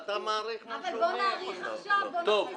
היא מדברת רק על המסתננים.